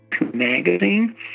magazine